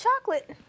chocolate